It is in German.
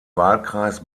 wahlkreis